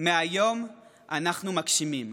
מהיום אנחנו מגשימים,